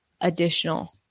additional